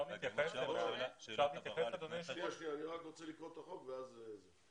רוצה לקרוא את הצעת החוק ואז נמשיך.